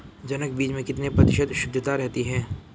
जनक बीज में कितने प्रतिशत शुद्धता रहती है?